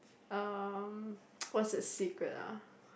um what's the secret ah